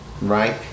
right